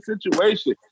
situation